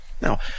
Now